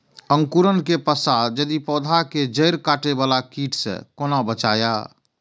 अंकुरण के पश्चात यदि पोधा के जैड़ काटे बाला कीट से कोना बचाया?